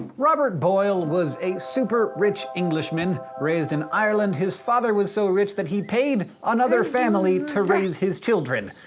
robert boyle was a super rich englishman, raised in ireland. his father was so rich that he paid another family to raise his children.